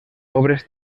obres